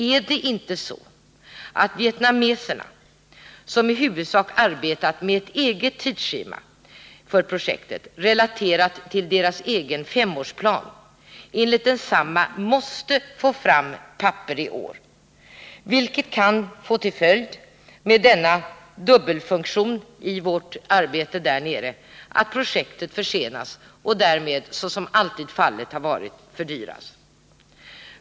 Är det inte så att vietnameserna, som i huvudsak arbetat med ett eget tidsschema för projektet, relaterat till deras egen femårsplan, enligt densamma måste få fram papper i år? Det kan med denna dubbelfunktion i vårt arbete där nere få till följd att projektet försenas och därmed, som alltid fallet har varit, fördyras.